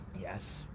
Yes